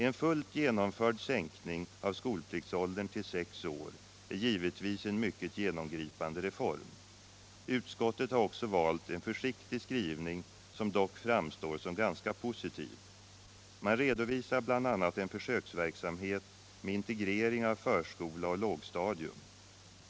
En fullt genomförd sänkning av skolpliktsåldern till sex år är givetvis en mycket genomgripande reform. Utskottet har också valt en försiktig skrivning, som dock framstår som ganska positiv. Man redovisar bl.a. en försöksverksamhet med integrering av förskola och lågstadium.